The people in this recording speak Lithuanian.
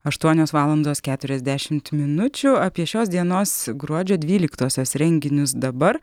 aštuonios valandos keturiasdešimt minučių apie šios dienos gruodžio dvyliktosios renginius dabar